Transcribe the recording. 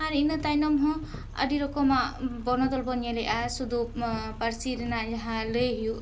ᱟᱨ ᱤᱱᱟ ᱛᱟᱭᱱᱚᱢ ᱦᱚᱸ ᱟᱹᱰᱤ ᱨᱚᱠᱚᱢᱟᱜ ᱵᱚᱱᱚᱫᱚᱞ ᱵᱚ ᱧᱮᱞᱚᱜᱼᱟ ᱥᱩᱫᱷᱩ ᱯᱟᱹᱨᱥᱤ ᱨᱮᱱᱟᱝ ᱡᱟᱦᱟᱸ ᱞᱟᱹᱭ ᱦᱩᱭᱩᱜ ᱠᱟᱱᱟ